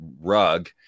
rug